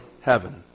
heaven